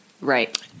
Right